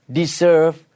deserve